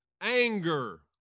anger